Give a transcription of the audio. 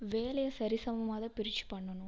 வேலையை சரிசமமாகதான் பிரிச்சு பண்ணணும்